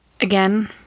again